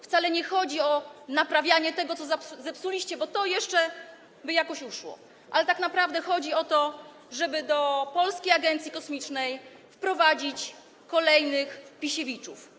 Wcale nie chodzi o naprawianie tego, co zepsuliście, bo to jeszcze by jakoś uszło, ale chodzi o to, żeby do Polskiej Agencji Kosmicznej wprowadzić kolejnych Pisiewiczów.